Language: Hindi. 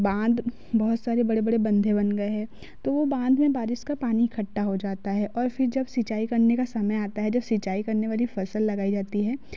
बांध बहुत सारे बड़े बड़े बंद्धे बन बए हैं तो वो बांध में बारिश का पानी इकट्ठा हो जाता है और फिर जब सिंचाई करने का समय आता है जब सिंचाई करने वाली फसल लगाई जाती है